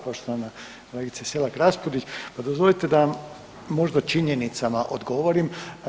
Poštovana kolegice Selak Raspudić, pa dozvolite da vam možda činjenicama odgovorim.